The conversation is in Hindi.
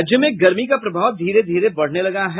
राज्य में गर्मी का प्रभाव धीरे धीरे बढ़ने लगा है